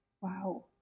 Wow